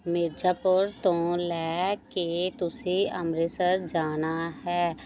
ਮਿਰਜ਼ਾਪੁਰ ਤੋਂ ਲੈ ਕੇ ਤੁਸੀਂ ਅੰਮ੍ਰਿਤਸਰ ਜਾਣਾ ਹੈ